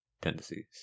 tendencies